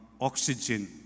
oxygen